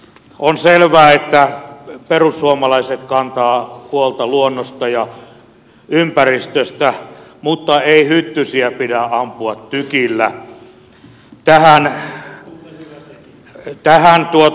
on selvää että perussuomalaiset kantavat huolta luonnosta ja ympäristöstä mutta ei hyttysiä pidä ampua tykillä